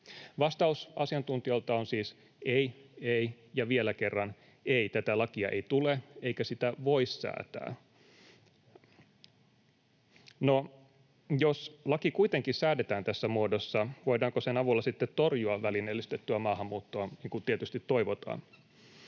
Vastaus asiantuntijoilta on siis ei, ei ja vielä kerran ei. Tätä lakia ei tule, eikä sitä voi säätää. No, jos laki kuitenkin säädetään tässä muodossa, voidaanko sen avulla sitten torjua välineellistettyä maahanmuuttoa, niin kuin tietysti toivotaan?